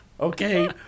Okay